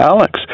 Alex